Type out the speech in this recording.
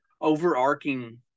overarching